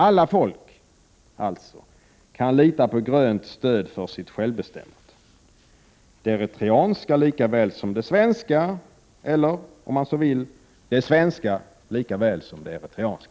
Alla folk kan lita på grönt stöd för sitt självbestämmande, det eritreanska folket lika väl som det svenska eller — om man så vill — det svenska lika väl som det eritreanska.